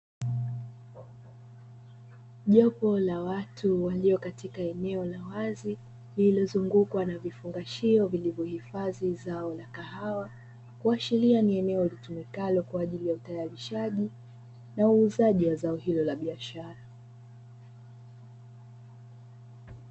Jopo la watu walio katika eneo la wazi lililozungukwa na vifungashio vilivyo hifadhi zao la kahawa, kuashiria ni eneo litumikalo kwa ajili ya utayarishaji na huuzaji wa zao hilo la biashara.